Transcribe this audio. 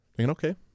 Okay